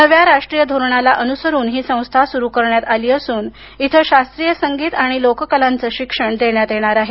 नव्या राष्ट्रीय शिक्षण धोरणाला अनुसरून ही संस्था सुरु करण्यात आली असून इथे शास्त्रीय संगीत आणि लोककलांचं शिक्षण देण्यात येणार आहे